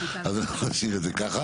אז אנחנו נשאיר את זה ככה.